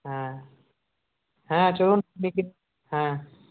হ্যাঁ হ্যাঁ চলুন দেখি হ্যাঁ